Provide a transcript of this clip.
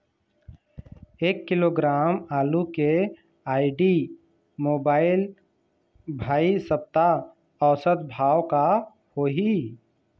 एक किलोग्राम आलू के आईडी, मोबाइल, भाई सप्ता औसत भाव का होही?